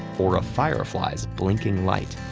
or a firefly's blinking light.